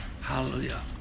Hallelujah